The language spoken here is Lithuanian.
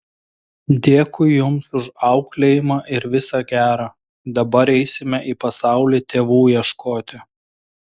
dėkui jums už auklėjimą ir visa gera dabar eisime į pasaulį tėvų ieškoti